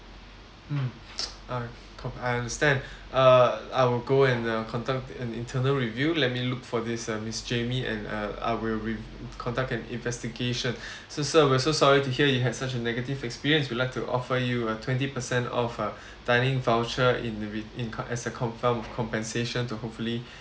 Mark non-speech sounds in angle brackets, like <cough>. mm <noise> uh okay I understand err I will go and uh contact an internal review let me look for this uh miss jamie and uh I will re~ conduct an investigation <breath> so sir we're so sorry to hear you had such a negative experience we like to offer you a twenty percent off uh dining voucher in vi~ in uh as a confer~ compensation to hopefully